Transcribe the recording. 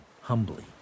humbly